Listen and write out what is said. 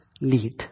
lead